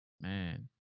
Man